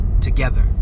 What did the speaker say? together